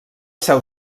seu